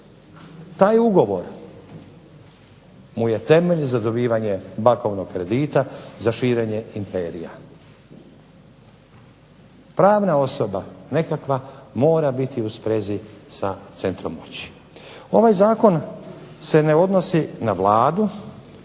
Taj ugovor mu je temelj za dobivanje bankovnog kredita, za širenje imperija. Pravna osoba nekakva mora biti u sprezi sa centrom moći. Ovaj zakon se ne odnosi na Vladu